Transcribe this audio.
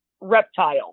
reptile